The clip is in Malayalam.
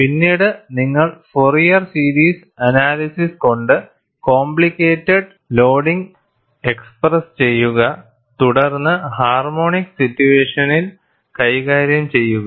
പിന്നീട് നിങ്ങൾ ഫോറിയർ സീരീസ് അനാലിസിസ് കൊണ്ടു കോംപ്ലിക്കേറ്റഡ് ലോഡിംഗ് എക്സ്പ്രെസ് ചെയ്യുക തുടർന്ന് ഹാർമോണിക്സ് സിറ്റുവേഷനിൽ കൈകാര്യം ചെയ്യുക